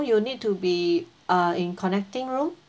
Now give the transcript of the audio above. you need to be uh in connecting room